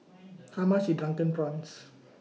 How much IS Drunken Prawns